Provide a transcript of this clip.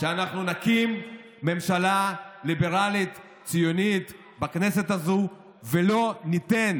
שאנחנו נקים ממשלה ליברלית ציונית בכנסת הזאת ולא ניתן